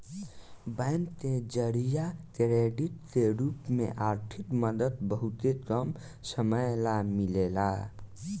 bank के जरिया credit के रूप में आर्थिक मदद बहुते कम समय ला मिलेला